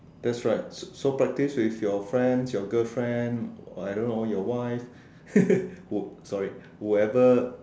that's right so so practice with your friends your girlfriend or I don't know your wife who sorry whoever